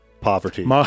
poverty